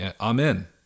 Amen